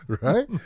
Right